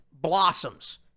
blossoms